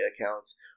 accounts